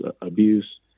abuse